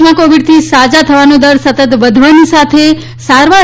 દેશમાં કોવિડથી સાજા થવાનો દર સતત વધવાની સાથે તથા સારવાર